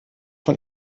von